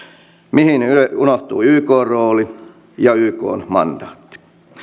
mihin unohtui ykn rooli ja ykn mandaatti